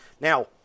Now